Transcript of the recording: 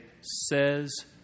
says